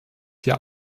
jahr